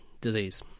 disease